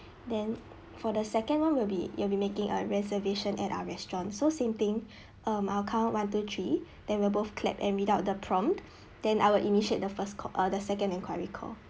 then for the second [one] will be you'll be making a reservation at our restaurant so same thing um I'll count one two three then we both clap and read out the prompt then I will initiate the first uh the second enquiry call